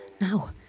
Now